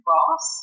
Ross